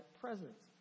presence